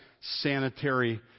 sanitary